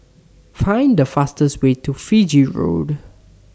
Find The fastest Way to Fiji Road